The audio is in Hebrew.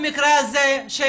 במקרה הזה,